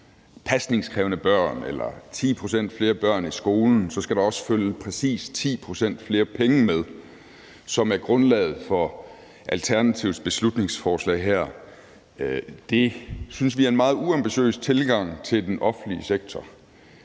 pasningskrævende børn eller 10 pct. flere børn i skolen, skal der også følge præcis 10 pct. flere penge med, er grundlaget for Alternativets lovforslag her. Det synes vi er en meget uambitiøs tilgang til den offentlige sektor.